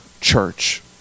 church